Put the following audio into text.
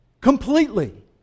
Completely